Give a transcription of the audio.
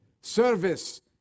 service